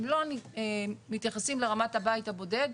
הם לא מתייחסים לרמת הבית הבודד,